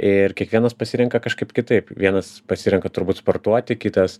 ir kiekvienas pasirenka kažkaip kitaip vienas pasirenka turbūt sportuoti kitas